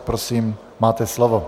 Prosím, máte slovo.